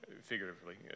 figuratively